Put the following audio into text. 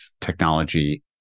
technology